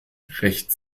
recht